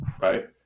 right